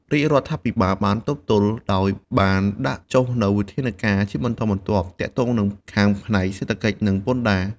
រាជរដ្ឋាភិបាល បានទប់ទល់ដោយបានដាក់ចុះនូវវិធានការណ៍ជាបន្តបន្ទាប់ ទាក់ទងខាងផ្នែក សេដ្ឋកិច្ច និងពន្ធដារ។